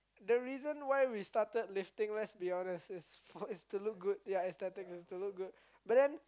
the reason why we started lifting let's be honest it's for it's to look good ya aesthetic is to look good but then